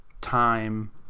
time